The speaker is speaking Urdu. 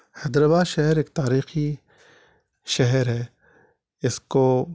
حیدرآباد شہر ایک تاریخی شہر ہے اس کو